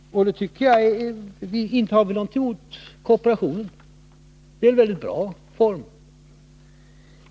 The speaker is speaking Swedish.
Inte har vi någonting emot kooperationen. Det är en väldigt bra form av handel.